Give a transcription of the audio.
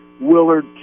Willard